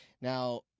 Now